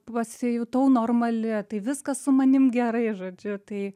pasijutau normali tai viskas su manim gerai žodžiu tai